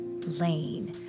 lane